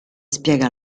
spiega